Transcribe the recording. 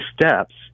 steps